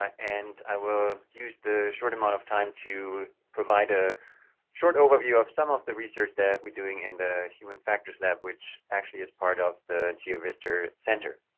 and i will use the short amount of time to provide a short overview of some of the research that we're doing in the human factors lab, which actually is part of the geovista center.